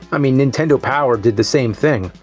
i mean, nintendo power did the same thing.